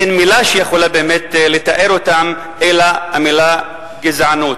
אין מלה שיכולה באמת לתאר אותם אלא המלה "גזענות".